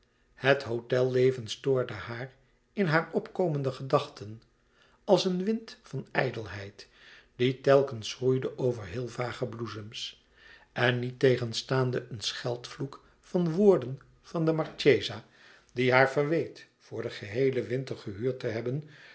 het hôtelleven stoorde haar in hare opkomende gedachten als een wind van ijdelheid die telkens schroeide over heel vage bloesems en niettegenstaande een scheldvloed van woorden van de marchesa die haar verweet voor den geheelen winter gehuurd te hebben